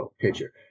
picture